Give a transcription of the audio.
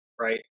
right